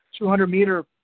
200-meter